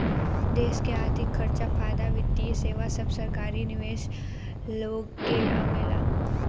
देश के अर्थिक खर्चा, फायदा, वित्तीय सेवा सब सरकारी निवेशक लोग से आवेला